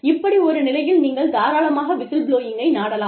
இப்படி ஒரு நிலையில் நீங்கள் தாராளமாக விசில்புளோயிங்கை நாடலாம்